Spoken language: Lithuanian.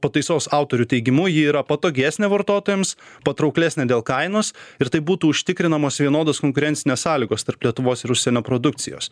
pataisos autorių teigimu ji yra patogesnė vartotojams patrauklesnė dėl kainos ir taip būtų užtikrinamos vienodos konkurencinės sąlygos tarp lietuvos ir užsienio produkcijos